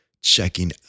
checking